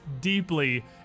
deeply